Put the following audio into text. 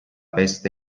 peste